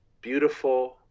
beautiful